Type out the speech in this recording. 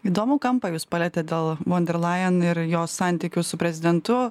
įdomų kampą jus palietėt dėl vonderlajen ir jos santykių su prezidentu